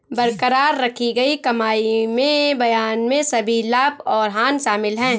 बरकरार रखी गई कमाई में बयान में सभी लाभ और हानि शामिल हैं